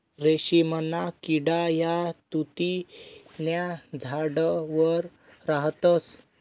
रेशीमना किडा या तुति न्या झाडवर राहतस